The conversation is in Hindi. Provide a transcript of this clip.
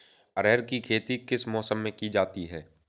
अरहर की खेती किस मौसम में की जाती है?